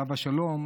עליו השלום,